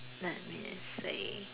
let me see